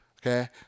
okay